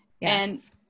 Yes